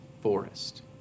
forest